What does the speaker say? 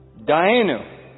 Dainu